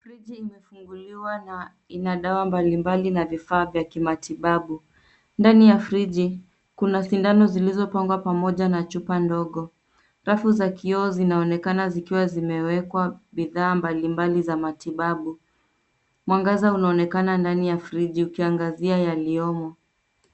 Friji imefunguliwa na ina dawa mbali mbali na vifaa vya kimatibabu. Ndani ya friji, kuna sindano zilizo pangwa pamoja na chupa ndogo. Rafu za kioo zinaonekana zikiwa zimewekwa bidhaa mbali mbali za matibabu. Mwangaza unaonekana ndani ya friji ukiangazia yaliyomo.